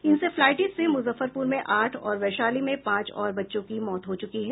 encephalitis से मूजफ्फरपुर में आठ और वैशाली में पांच और बच्चों की मौत हो चूकी है